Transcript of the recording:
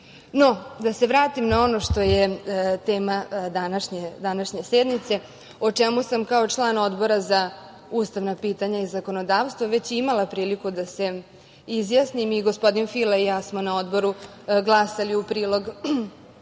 se vratim na ono što je tema današnje sednice, o čemu sam kao član Odbora za ustavna pitanja i zakonodavstvo već imala priliku da se izjasnim. Gospodin Fila i ja smo na Odboru glasali u prilog